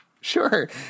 Sure